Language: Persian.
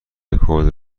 رکورد